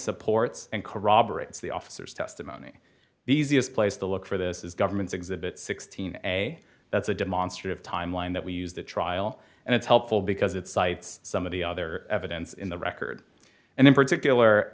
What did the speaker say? supports and corroborates the officers testimony the z is place to look for this is government's exhibit sixteen a that's a demonstrative timeline that we use the trial and it's helpful because it cites some of the other evidence in the record and in particular